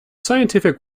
scientific